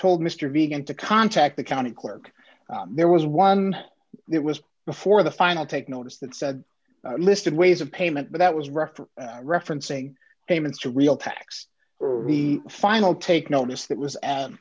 told mr began to contact the county clerk there was one it was before the final take notice that said list of ways of payment but that was record referencing payments to real tax or the final take notice that was